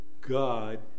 God